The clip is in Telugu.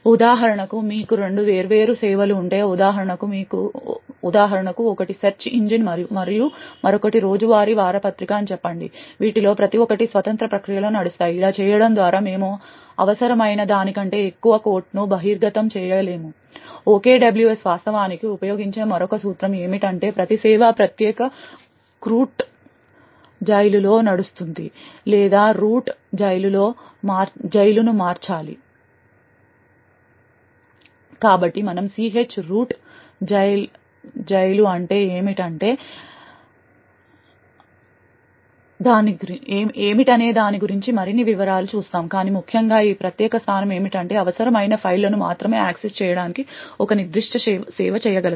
ఉదాహరణకు మీకు రెండు వేర్వేరు సేవలు ఉంటే ఉదాహరణకు ఒకటి సెర్చ్ ఇంజిన్ మరియు మరొకటి రోజువారీ వార్తాపత్రిక అని చెప్పండి వీటిలో ప్రతి ఒక్కటి స్వతంత్ర ప్రక్రియలో నడుస్తాయి ఇలా చేయడం ద్వారా మేము అవసరమైన దానికంటే ఎక్కువ కోట్ను బహిర్గతం చేయలేము OKWS వాస్తవానికి ఉపయోగించే మరొక సూత్రం ఏమిటంటే ప్రతి సేవ ప్రత్యేక క్రూట్ జైలులో నడుస్తుంది లేదా రూట్ జైలును మార్చాలి కాబట్టి మనం ch రూట్ జైలు అంటే ఏమిటనే దాని గురించి మరిన్ని వివరాలను చూస్తాము కాని ముఖ్యంగా ఈ ప్రత్యేక స్థానం ఏమిటంటే అవసరమైన ఫైళ్ళను మాత్రమే యాక్సెస్ చేయడానికి ఒక నిర్దిష్ట సేవ చేయగలదు